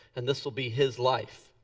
and this'll be his life.